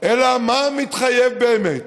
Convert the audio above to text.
אלא מה מתחייב באמת